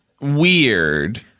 weird